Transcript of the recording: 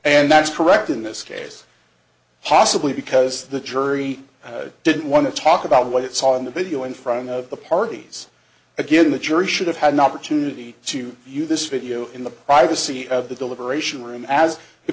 and that's correct in this case possibly because the jury didn't want to talk about what it saw on the video in front of the parties again the jury should have had an opportunity to you this video in the privacy of the deliberation room as the